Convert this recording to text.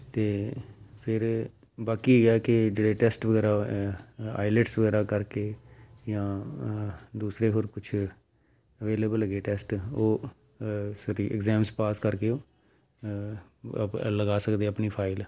ਅਤੇ ਫਿਰ ਬਾਕੀ ਇਹ ਹੈ ਕਿ ਜਿਹੜੇ ਟੈਸਟ ਵਗੈਰਾ ਆਈਲੈਟਸ ਵਗੈਰਾ ਕਰਕੇ ਜਾਂ ਦੂਸਰੇ ਹੋਰ ਕੁਛ ਅਵੇਲੇਬਲ ਹੈਗੇ ਟੈਸਟ ਉਹ ਸਰੀ ਐਗਜ਼ੈਮਜ਼ ਪਾਸ ਕਰਕੇ ਉਹ ਅਪ ਲਗਾ ਸਕਦੇ ਆਪਣੀ ਫਾਈਲ